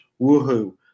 Woohoo